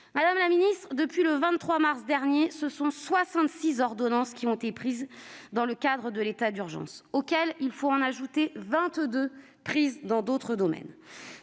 Madame la ministre, depuis le 23 mars dernier, 66 ordonnances ont été prises dans le cadre de l'état d'urgence, auxquelles il faut ajouter 22 autres, prises dans d'autres domaines.